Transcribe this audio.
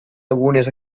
algunes